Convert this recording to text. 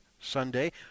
Sunday